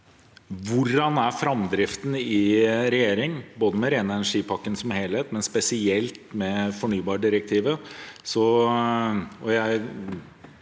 hvordan framdriften er i regjering, både med ren energi-pakken som helhet og spesielt med fornybardirektivet,